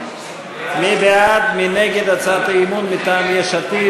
מי בעד, מי נגד הצעת האי-אמון מטעם יש עתיד?